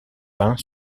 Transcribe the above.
peint